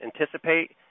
anticipate